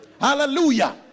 Hallelujah